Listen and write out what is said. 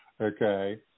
okay